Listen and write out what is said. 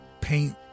paint